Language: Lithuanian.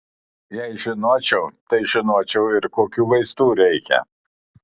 jei žinočiau tai žinočiau ir kokių vaistų reikia